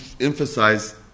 emphasize